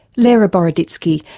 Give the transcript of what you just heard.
lera boroditsky,